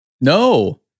No